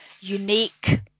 unique